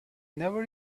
never